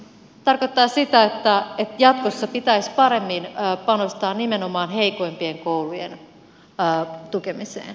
se tarkoittaa sitä että jatkossa pitäisi paremmin panostaa nimenomaan heikoimpien koulujen tukemiseen